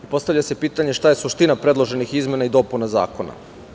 Postavlja se pitanje - šta je suština predloženih izmena i dopuna zakona?